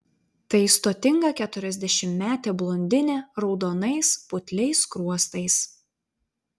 tai stotinga keturiasdešimtmetė blondinė raudonais putliais skruostais